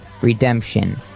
Redemption